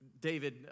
David